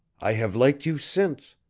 i have liked you since.